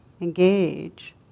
engage